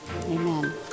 amen